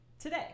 today